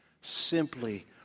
simply